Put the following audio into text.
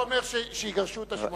אני לא אומר שיגרשו את ה-800,